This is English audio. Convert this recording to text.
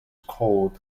called